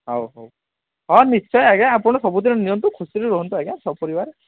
ହଉ ହଉ ହଁ ନିଶ୍ଚୟ ଆଜ୍ଞା ଆପଣ ସବୁଦିନ ନିଅନ୍ତୁ ଖୁସିରେ ରୁହନ୍ତୁ ଆଜ୍ଞା ସହ ପରିବାର